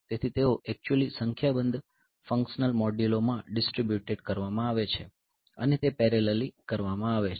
તેથી તેઓ એક્ચ્યુયલી સંખ્યાબંધ ફંકશનલ મોડ્યુલો માં ડિસ્ટ્રીબ્યુટેડ કરવામાં આવે છે અને તે પેરેલલી કરવામાં આવે છે